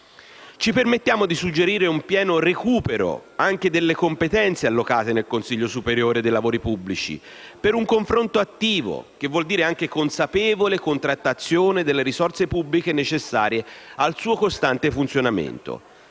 Ci permettiamo di suggerire un pieno recupero anche delle competenze allocate nel Consiglio superiore dei lavori pubblici, per un confronto attivo, che vuol dire anche consapevole contrattazione delle risorse pubbliche necessarie al suo costante funzionamento.